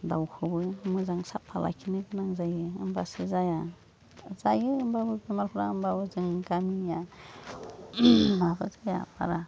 दावखौबो मोजां साफा लाखिनो गोनां जायो होमबासो जाया जायो होमबाबो बेमारफ्रा होमबाबो जों गामिनिया माबा जाया बारा